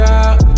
out